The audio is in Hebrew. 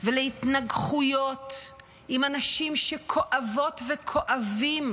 ולהתנגחויות עם אנשים שכואבות וכואבים